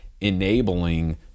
enabling